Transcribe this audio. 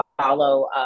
follow